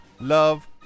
Love